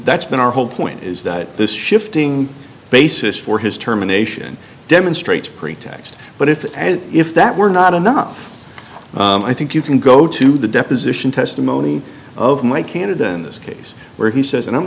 that's been our whole point is that this shifting basis for his terminations demonstrates pretext but if if that were not enough i think you can go to the deposition testimony of my candidate in this case where he says and i'm